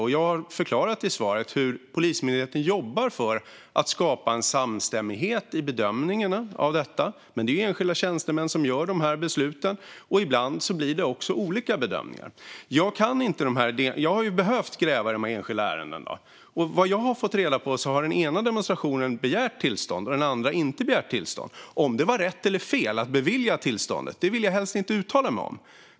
Och jag har förklarat i svaret hur Polismyndigheten jobbar för att skapa samstämmighet i bedömningarna, men det är enskilda tjänstemän som fattar besluten. Ibland blir det också olika bedömningar. Jag kan inte de här enskilda ärendena utan har behövt gräva i dem. Utifrån vad jag har fått reda på har den ena demonstrationen begärt tillstånd och den andra har inte begärt tillstånd. Om det var rätt eller fel att bevilja tillståndet vill jag helst inte uttala mig om.